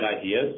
ideas